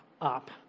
up